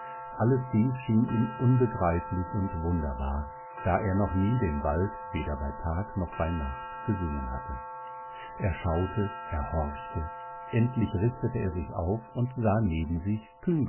alles dies schien ihm unbegreiflich und wunderbar da er noch nie den wald weder bei tag noch bei nacht gesehen hatte er schaute er horchte endlich richtete er sich auf und sah neben sich